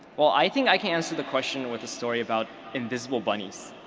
well i think i can answer the question with a story about invisible bunnies.